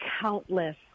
countless